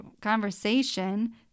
conversation